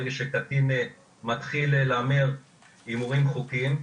ברגע שקטין מתחיל להמר הימורים חוקיים,